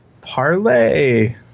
parlay